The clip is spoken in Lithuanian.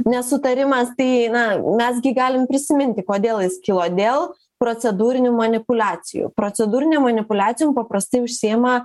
nesutarimas tai na mes gi galime prisiminti kodėl jis kilo dėl procedūrinių manipuliacijų procedūrinėm manipuliacijom paprastai užsiima